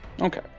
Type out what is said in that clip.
Okay